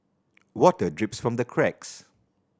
water drips from the cracks